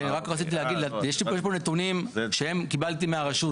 רציתי להגיד שיש לי כאן נתונים שקיבלתי מהרשות.